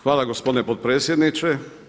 Hvala gospodine potpredsjedniče.